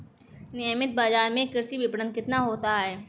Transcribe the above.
नियमित बाज़ार में कृषि विपणन कितना होता है?